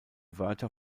wörter